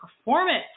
Performance